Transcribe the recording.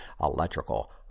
electrical